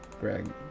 Greg